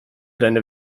deine